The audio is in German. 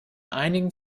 einigen